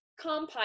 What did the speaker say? compile